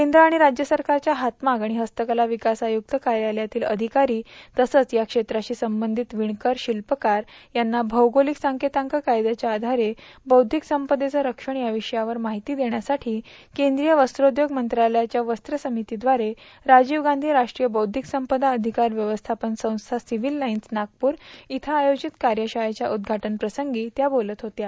केंद्र आणि राज्य सरकारच्या हातमाग आणि हस्तकला विकास आयुक्त कार्यालयातील अधिकारी तसंच या खेत्राशी संबंधित विणकर शिल्पकार यांना भौगोलिक संकेतांक कायद्याच्या आघारे बैध्दिक संपदेचं संरक्षण या विषयावर माहिती देण्यासाठी केंद्रीय वस्त्रोदयोग मंत्रालयाच्या वस्त्र समिती व्दारे राजीव गांधी राष्ट्रीय बौध्दिक संपदा अषिकार व्यवस्थापन संस्था सिविल लाईन्स नागपूर इथं आयोजित कार्यशाळेच्या उद्दघाटनाप्रसंगी त्या बोलत होत्या